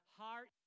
heart